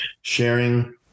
Sharing